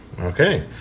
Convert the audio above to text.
Okay